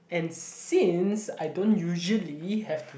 and since I don't usually have to